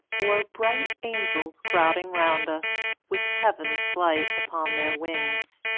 or bright angels crowding round us, with heaven's light upon their wings